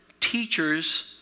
teachers